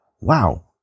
wow